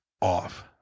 off